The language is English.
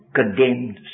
condemned